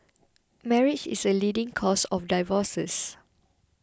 marriage is the leading cause of divorces